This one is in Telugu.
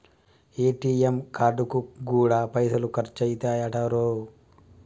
ఏ.టి.ఎమ్ కార్డుకు గూడా పైసలు ఖర్చయితయటరో